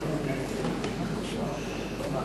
הצעת ועדת הכנסת לבחור